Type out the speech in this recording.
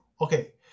okay